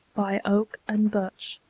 by oak and birch,